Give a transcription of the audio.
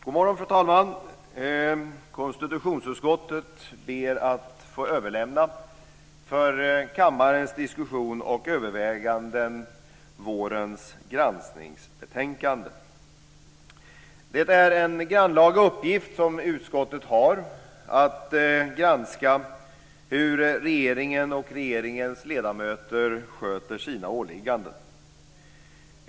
God morgon, fru talman! Konstitutionsutskottet ber att för kammarens diskussion och överväganden få överlämna vårens granskningsbetänkande. Det är en grannlaga uppgift som utskottet har att granska hur regeringen och regeringens ledamöter sköter sina åligganden.